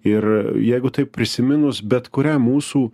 ir jeigu taip prisiminus bet kurią mūsų